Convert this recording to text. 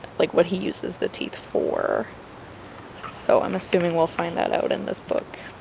like what he uses the teeth for so i'm assuming we'll find that out in this book